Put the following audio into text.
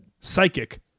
psychic